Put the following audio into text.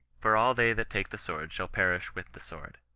for all they that take the sword shall perish with the sword.